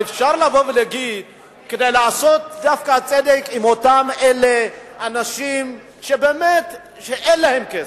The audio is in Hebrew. אבל אפשר להגיד: לעשות צדק דווקא עם אותם אנשים שאין להם כסף.